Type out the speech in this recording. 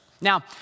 Now